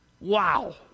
Wow